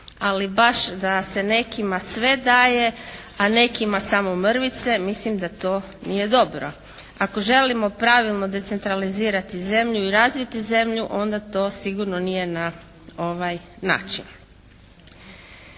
ali baš da se nekima sve daje a nekima samo mrvice, mislim da to nije dobro. Ako želimo pravilno decentralizirati zemlju i razviti zemlju onda to sigurno nije na ovaj način.